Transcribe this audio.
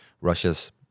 Russia's